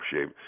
shape